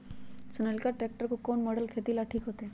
Sonalika tractor के कौन model खेती ला ठीक होतै?